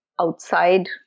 outside